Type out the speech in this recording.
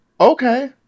Okay